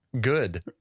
good